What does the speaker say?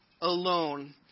Alone